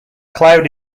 cloud